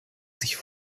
sich